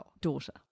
daughter